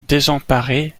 désemparée